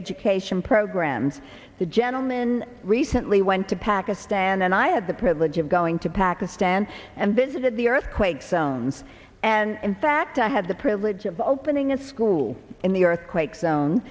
education programs the gentleman recently went to pakistan and i had the privilege of going to pakistan and visited the earthquake zones and fact i had the privilege of opening a school in the earthquake zone